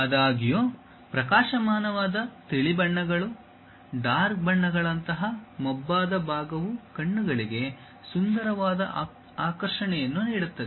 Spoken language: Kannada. ಆದಾಗ್ಯೂ ಪ್ರಕಾಶಮಾನವಾದ ತಿಳಿ ಬಣ್ಣಗಳು ಡಾರ್ಕ್ ಬಣ್ಣಗಳಂತಹ ಮಬ್ಬಾದ ಭಾಗವು ಕಣ್ಣುಗಳಿಗೆ ಸುಂದರವಾದ ಆಕರ್ಷಣೆಯನ್ನು ನೀಡುತ್ತದೆ